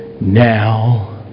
now